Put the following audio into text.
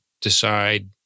decide